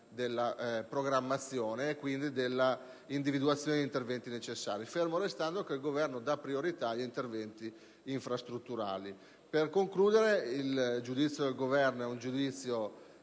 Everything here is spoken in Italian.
della programmazione e dell'individuazione degli interventi necessari, fermo restando che il Governo dà priorità a interventi infrastrutturali. Per concludere, il Governo esprime